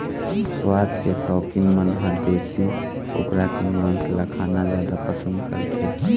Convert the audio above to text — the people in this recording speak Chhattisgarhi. सुवाद के सउकीन मन ह देशी कुकरा के मांस ल खाना जादा पसंद करथे